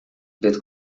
wit